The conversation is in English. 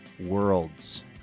Worlds